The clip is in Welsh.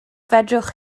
fedrwch